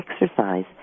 exercise